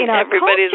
Everybody's